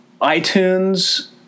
iTunes